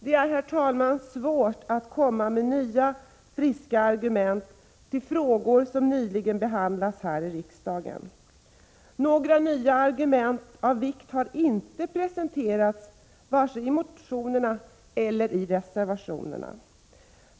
Det är, herr talman, svårt att komma med nya friska argument till frågor som nyligen behandlats här i riksdagen. Några nya argument av vikt har inte presenterats vare sig i motionerna eller i reservationerna.